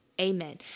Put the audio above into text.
Amen